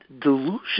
delusion